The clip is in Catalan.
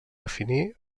definir